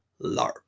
LARP